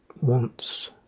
wants